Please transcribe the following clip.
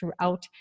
throughout